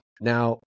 Now